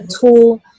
tool